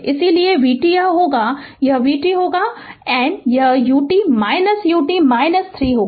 इसलिए v t यह होगा कि यह 4 t होगा n यह ut ut 3 होगा